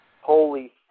Holy